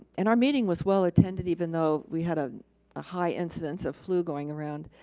and our meeting was well attended even though we had ah a high incidence of flu going around.